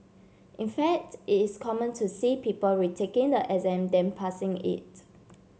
in fact it is common to see people retaking the exam than passing it